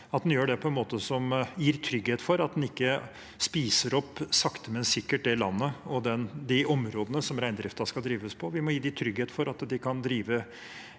måte som gir trygghet for at en ikke sakte, men sikkert spiser opp det landet og de områdene som reindriften skal drives på. Vi må gi dem trygghet for at de kan drive